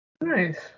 Nice